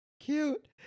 cute